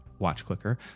watchclicker